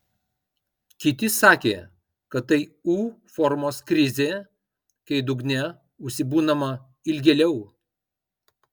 kiti sakė kad tai u formos krizė kai dugne užsibūnama ilgėliau